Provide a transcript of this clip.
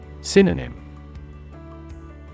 Synonym